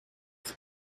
from